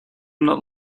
not